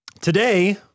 Today